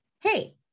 hey